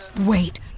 wait